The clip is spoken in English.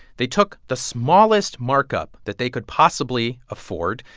they took the smallest markup that they could possibly afford.